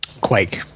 Quake